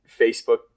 Facebook